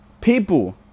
People